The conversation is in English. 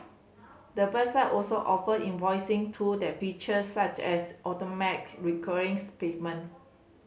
the website also offer invoicing tool and feature such as automated recurring payment